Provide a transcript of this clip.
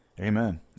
Amen